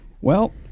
Well-